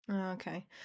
okay